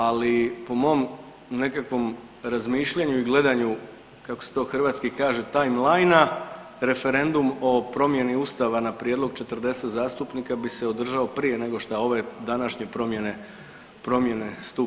Ali po mom nekakvom razmišljanju i gledanju kako se to hrvatski kaže timelinea, referendum o promjeni Ustava na prijedlog 40 zastupnika bi se održao prije nego što ove današnje promjene stupe na snagu.